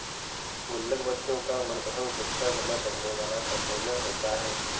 गुल्लक बच्चों का मनपंसद सिक्का जमा करने वाला कंटेनर होता है